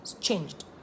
changed